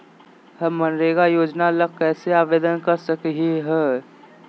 हम मनरेगा योजना ला कैसे आवेदन कर सकली हई?